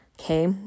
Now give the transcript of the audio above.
okay